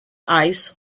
eyes